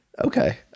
Okay